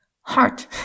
heart